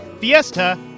Fiesta